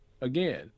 again